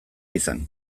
izan